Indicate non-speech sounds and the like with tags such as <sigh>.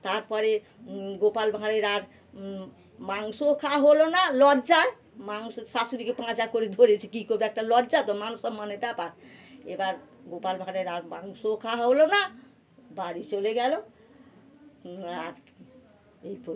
তারপরে গোপাল ভাঁড়ের আর মাংস খাওয়া হল না লজ্জায় মাংস শাশুড়িকে পাঁজা করে ধরেছি কী করবে একটা লজ্জা তো মান সম্মানের ব্যাপার এবার গোপাল ভাঁড়ের রাগ মাংস খাওয়া হল না বাড়ি চলে গেল আর এই <unintelligible>